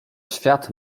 świat